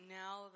now